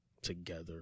together